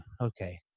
okay